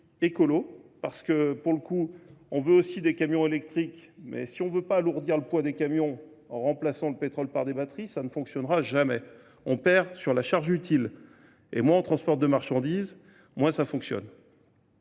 écolo, parce que pour le coup, on veut aussi des camions électriques, mais si on ne veut pas alourdir le poids des camions en remplaçant le pétrole par des batteries, ça ne fonctionnera jamais. On perd sur la charge utile. Et moins en transport de marchandises, moins ça fonctionne.